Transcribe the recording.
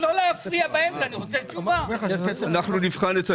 אנחנו נבחן את העניין.